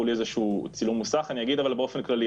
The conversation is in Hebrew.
לי איזשהו צילום מסך אני אגיד אבל באופן כללי.